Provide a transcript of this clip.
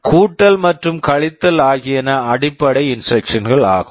கூட்டல் மற்றும் கழித்தல் ஆகியன அடிப்படை இன்ஸ்ட்ரக்க்ஷன்ஸ் instructions -கள் ஆகும்